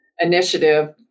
initiative